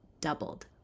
doubled